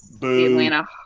Atlanta